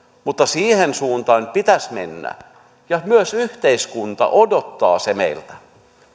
mutta siihen suuntaan pitäisi mennä myös yhteiskunta odottaa sitä meiltä